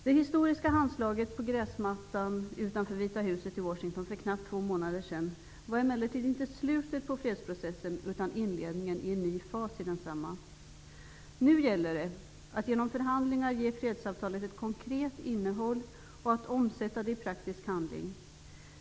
Det historiska handslaget för knappt två månader sedan på gräsmattan utanför Vita huset i Washington var emellertid inte slutet på fredsprocessen utan inledningen i en ny fas i densamma. Nu gäller det att genom förhandlingar ge fredsavtalet ett konkret innehåll och att omsätta det i praktisk handling.